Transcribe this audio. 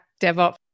DevOps